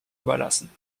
überlassen